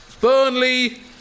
Burnley